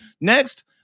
Next